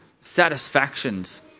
satisfactions